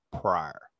prior